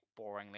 boringly